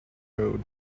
road